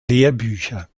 lehrbücher